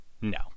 No